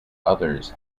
others